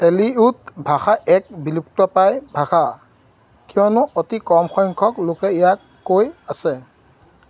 Eliot ভাষা এক বিলুপ্তপ্রায় ভাষা কিয়নো অতি কম সংখ্যক লোকে ইয়াক কৈ আছে